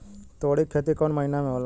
तोड़ी के खेती कउन महीना में होला?